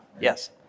Yes